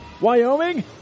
Wyoming